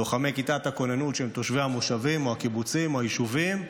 לוחמי כיתת הכוננות שהם תושבי המושבים או הקיבוצים או היישובים,